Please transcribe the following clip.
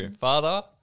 Father